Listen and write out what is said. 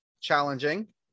challenging